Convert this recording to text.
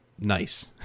nice